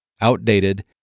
outdated